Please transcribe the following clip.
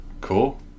Cool